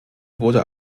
wurde